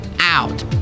out